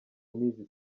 n’izi